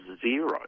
zero